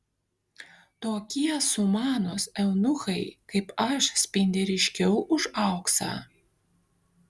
tokie sumanūs eunuchai kaip aš spindi ryškiau už auksą